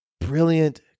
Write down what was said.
brilliant